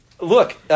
look